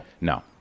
No